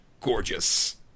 gorgeous